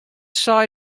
sei